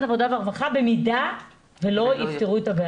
העבודה והרווחה במידה ולא יפתרו את הבעיות האלה.